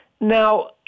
Now